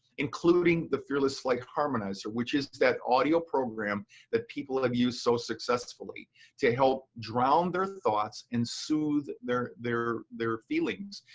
including the fearless flight harmonizer, which is that audio program that people have used so successfully to help drown their thoughts and soothe their their feelings.